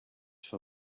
for